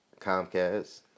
Comcast